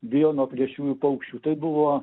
vijo nuo plėšriųjų paukščių tai buvo